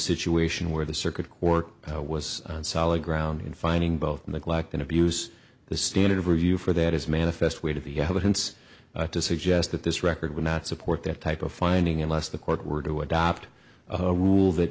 situation where the circuit court was on solid ground in finding both neglect and abuse the standard of review for that is manifest weight of the evidence to suggest that this record would not support that type of finding unless the court were to adopt a rule that